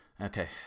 Okay